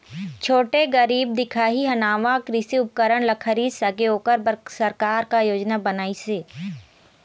छोटे गरीब दिखाही हा नावा कृषि उपकरण ला खरीद सके ओकर बर सरकार का योजना बनाइसे?